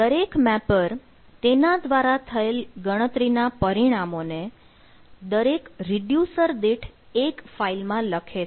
દરેક મેપર તેના દ્વારા થયેલ ગણતરીના પરિણામોને દરેક રીડ્યુસર દીઠ એક ફાઈલ માં લખે છે